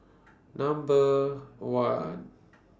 Number one